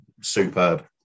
Superb